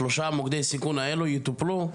שלושת מוקדי הסיכון האלה בכביש 80 יטופלו.